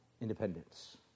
independence